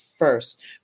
first